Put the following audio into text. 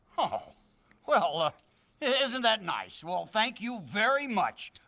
ah well ah isn't that nice. well thank you very much.